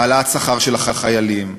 העלאת שכר של החיילים,